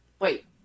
wait